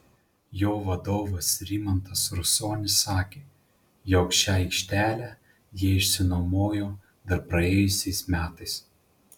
jo vadovas rimantas rusonis sakė jog šią aikštelę jie išsinuomojo dar praėjusiais metais